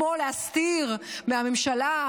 כמו להסתיר מהממשלה,